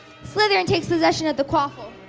slytherin takes possession of the quaffle.